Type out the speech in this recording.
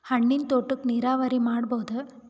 ಹಣ್ಣಿನ್ ತೋಟಕ್ಕ ನೀರಾವರಿ ಮಾಡಬೋದ?